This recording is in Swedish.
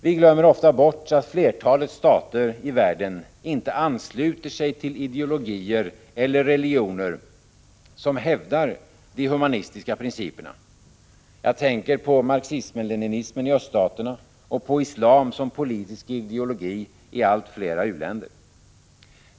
Vi glömmer ofta bort att flertalet stater i världen inte ansluter sig till ideologier eller religioner som hävdar de humanistiska principerna. Jag tänker på marxism-leninismen i öststaterna och på islam som politisk ideologi i allt flera u-länder.